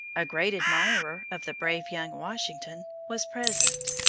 a great admirer of the brave young washington, was present.